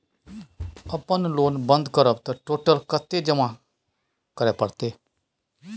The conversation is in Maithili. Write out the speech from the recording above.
अपन लोन बंद करब त टोटल कत्ते जमा करे परत?